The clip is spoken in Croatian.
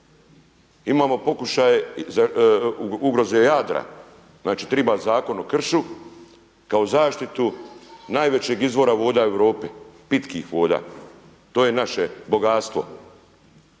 Imamo pokušaje ugroze Jadra. Znači triba zakon o kršu kao zaštitu najvećeg izvora voda u Europa, pitkih voda. To je naše bogatstvo.